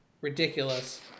ridiculous